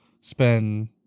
spend